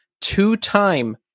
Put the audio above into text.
two-time